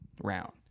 round